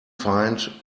find